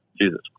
Jesus